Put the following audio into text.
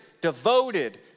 devoted